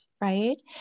right